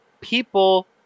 people